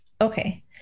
okay